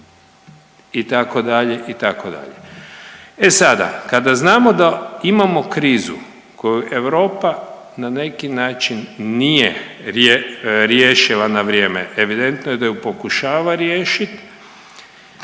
itd., itd.. E sada kada znamo da imamo krizu koju Europa na neki način nije riješila na vrijeme, evidentno je da ju pokušava riješit,